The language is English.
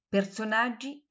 Personaggi